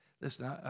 listen